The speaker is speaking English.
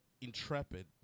intrepid